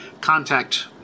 contact